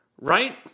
right